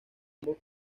ambos